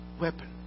weapon